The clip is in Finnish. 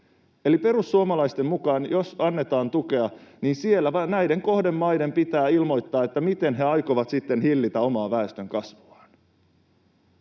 Eli perussuomalaisten mukaan, jos annetaan tukea, niin siellä kohdemaiden pitää ilmoittaa, miten he aikovat sitten hillitä omaa väestönkasvuaan.